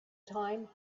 time